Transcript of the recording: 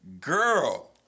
girl